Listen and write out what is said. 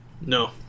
No